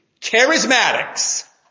charismatics